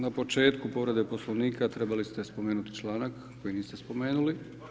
Na početku povrede Poslovnika trebali ste spomenuti članak, koji niste spomenuli.